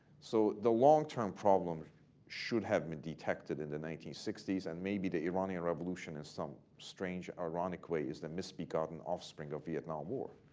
so the long-term problems should have been detected in the nineteen sixty s. and maybe the iranian revolution in some strange, ironic way, is the misbegotten offspring of vietnam war,